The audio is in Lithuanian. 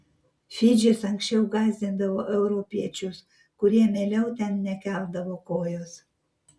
fidžis anksčiau gąsdindavo europiečius kurie mieliau ten nekeldavo kojos